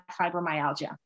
fibromyalgia